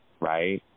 right